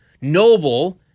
noble